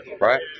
right